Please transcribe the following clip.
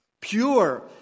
pure